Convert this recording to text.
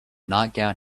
nightgown